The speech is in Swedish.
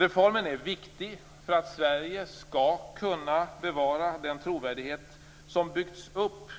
Reformen är viktig för att Sverige skall kunna bevara den trovärdighet som byggts upp